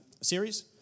series